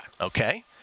Okay